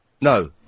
No